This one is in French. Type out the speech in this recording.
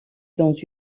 dans